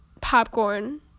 popcorn